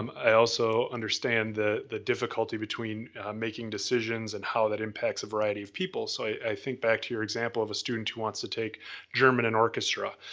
um i also understand the the difficulty between making decisions and how that impacts a variety of people, so i think back to your example of a student who wants to take german and orchestra.